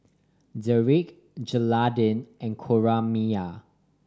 Derik Jeraldine and Coraima